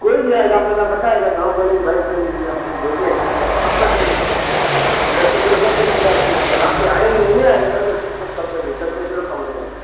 कोई भी आएगा आपका नाम बताएगा तो हम बोलेंगे भाई वो भेजे हम कम कर देंगे दस रुपया किलो कम कर दे रहे हैं आपको जब तालाब पे आएंगे लेने आइएगा दस कम कर देंगे दस रुपया किलो कम हो जाएगा